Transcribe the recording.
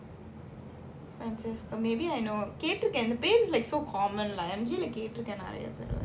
francesca maybe I know கேட்ருக்கேன்:ketruken the face is like so common like I'm கேட்ருக்கேன்:ketruken